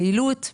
יעילות,